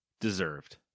Deserved